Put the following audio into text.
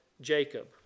Jacob